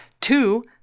Two